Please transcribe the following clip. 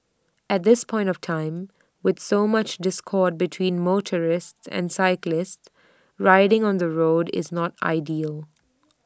at this point of time with so much discord between motorists and cyclists riding on the road is not ideal